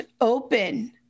open